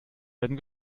werden